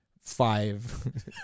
five